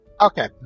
Okay